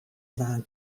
dwaan